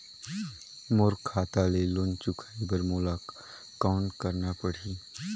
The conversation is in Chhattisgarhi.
मोर खाता ले लोन चुकाय बर मोला कौन करना पड़ही?